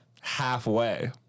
Halfway